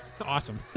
Awesome